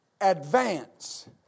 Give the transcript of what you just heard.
Advance